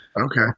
Okay